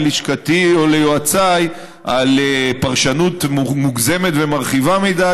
ללשכתי או ליועציי על פרשנות מוגזמת ומרחיבה מדי,